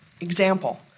Example